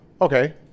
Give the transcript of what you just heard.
Okay